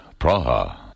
Praha